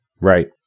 Right